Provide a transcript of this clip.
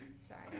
Sorry